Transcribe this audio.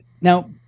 now